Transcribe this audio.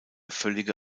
völlige